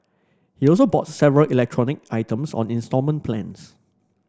he also bought several electronic items on instalment plans